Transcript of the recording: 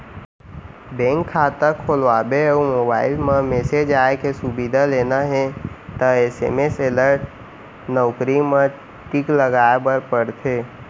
bank खाता खोलवाबे अउ मोबईल म मेसेज आए के सुबिधा लेना हे त एस.एम.एस अलर्ट नउकरी म टिक लगाए बर परथे